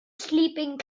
sleeping